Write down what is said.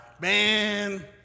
man